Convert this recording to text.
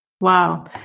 Wow